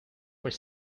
were